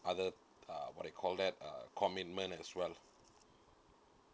other uh what we call that uh commitment as well